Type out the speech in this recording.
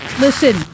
Listen